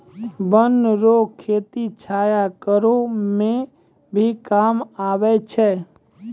वन रो खेती छाया करै मे भी काम आबै छै